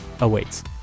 awaits